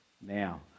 now